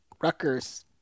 Rutgers